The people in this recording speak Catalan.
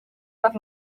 per